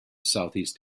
southeast